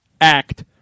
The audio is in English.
act